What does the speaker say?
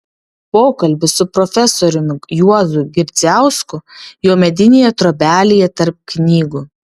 pokalbis su profesoriumi juozu girdzijausku jo medinėje trobelėje tarp knygų